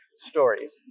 stories